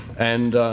and